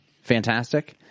Fantastic